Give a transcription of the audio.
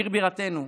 עיר בירתנו,